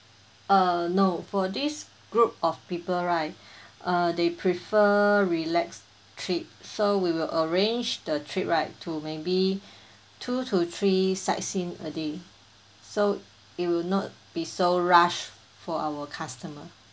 uh no for this group of people right uh they prefer relax trip so we will arrange the trip right to maybe two to three sightseeing a day so it will not be so rush for our customer